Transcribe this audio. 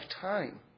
time